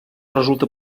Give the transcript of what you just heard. resulta